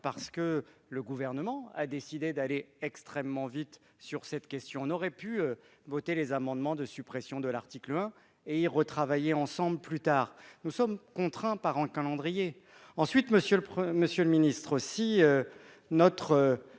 parce que le Gouvernement a décidé d'aller extrêmement vite sur cette question. On aurait pu voter les amendements de suppression de l'article 1 et retravailler ensemble à la question plus tard. Nous sommes contraints par un calendrier. Ensuite, monsieur le ministre, si la